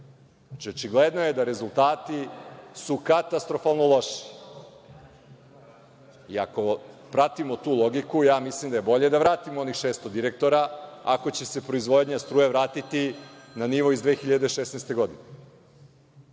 očigledno je da su rezultati katastrofalno loši. I ako pratimo tu logiku, mislim da je bolje da vratimo onih 600 direktora, ako će se proizvodnja struje vratiti na nivo iz 2016. godine. Ova